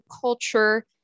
culture